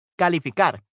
calificar